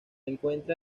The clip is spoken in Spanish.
encuentra